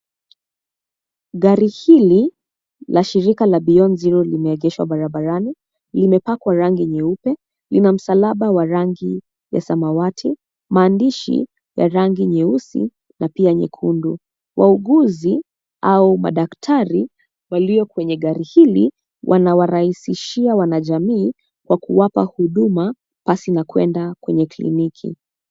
Gari hili la shirika la Beyond Zero limeegeshwa barabarani, limepakwa rangi nyeupe, lina msalaba wa rangi ya samawati, maandishi ya rangi nyeusi, na pia nyekundu. Wauguzi au madaktari walio kwenye gari hili, wanawarahisishia wanajamii kwa kuwapa huduma pasi na kwenda kwenye kliniki.